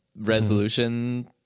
resolution